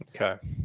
okay